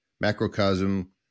macrocosm